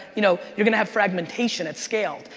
you know you're gonna have fragmentation at scale.